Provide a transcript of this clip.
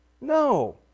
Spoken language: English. No